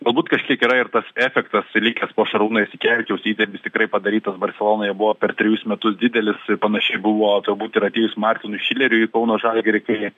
galbūt kažkiek yra ir tas efektas likęs po šarūno jasikevičiaus įdirbis tikrai padarytas barselonoje buvo per trejus metus didelis panašiai buvo turbūt ir atėjus martinui šileriui į kauno žalgirį kai